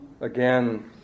again